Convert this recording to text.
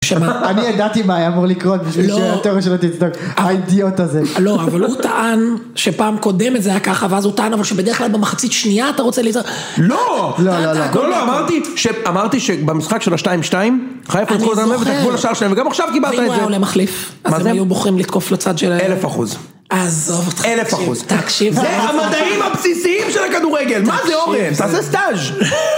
אני ידעתי מה היה אמור לקרות בשביל שהתיאוריה שלו תצדוק, האידיוט הזה. לא, אבל הוא טען שפעם קודמת זה היה ככה, ואז הוא טען אבל שבדרך כלל במחצית שנייה אתה רוצה ליזום... לא! לא, לא, לא. כולה אמרתי ש... אמרתי שבמשחק של ה-2-2, חייב פה... אני זוכר... את הגבול עכשיו שלהם, וגם עכשיו קיבלת את זה. ואם הוא היה עולה מחליף? מה זה? אז הם היו בוחרים לתקוף לצד שלהם? אלף אחוז. עזוב אותך. אלף אחוז. תקשיב, תקשיב... זה המדעים הבסיסיים של הכדורגל, מה זה אורן? תעשה סטאז'.